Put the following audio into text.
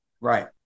Right